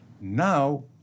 Now